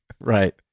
Right